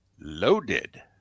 Loaded